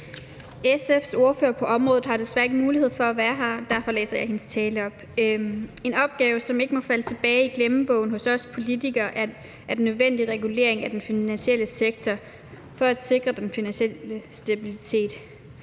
SF's ordfører på området har desværre ikke mulighed for at være her, og derfor læser jeg hendes tale op: En opgave, som ikke må falde tilbage i glemmebogen hos os politikere, er den nødvendige regulering af den finansielle sektor for at sikre den finansielle stabilitet.